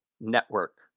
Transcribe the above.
Network